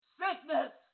sickness